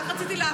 כן.